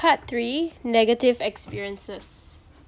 part three negative experiences